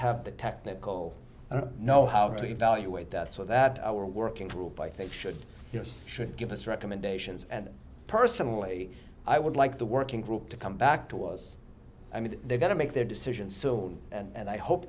have the technical know how to evaluate that so that our working group i think should yes should give us recommendations and personally i would like the working group to come back to was i mean they've got to make their decision so that i hope